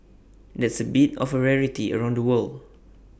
that's A bit of A rarity around the world